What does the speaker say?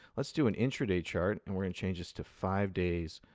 let's do an intraday chart, and we're in changes to five days,